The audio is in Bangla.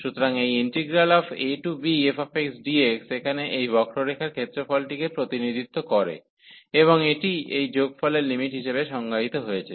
সুতরাং এই ইন্টিগ্রাল abfxdx এখানে এই বক্ররেখার ক্ষেত্রফলটিকে প্রতিনিধিত্ব করে এবং এটি এই যোগফলের লিমিট হিসাবে সংজ্ঞায়িত হয়েছে